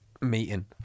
meeting